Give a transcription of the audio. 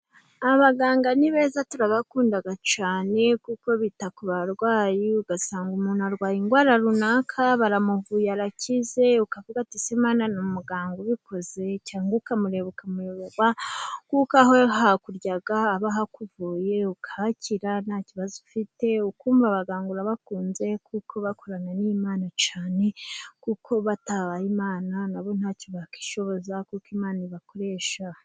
Abaganga ni beza turabakundaga cyane, kuko bita ku barwayi ugasanga umuntu arwaye indwara runaka baramuyu arakize, ukavuga uti:''ese Mana ni umuganga ubikoze''! cyangwa ukamureba ukamuyoberwa kuko aho hakuryaga aba ahakuvuye ugakira nta kibazo ufite, ukumva abaganga urabakunze kuko bakorana n'Imana cyane , kuko hatabaye Imana nabo ntacyo bakwishoboza kuko Imana ibakoresha.